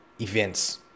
events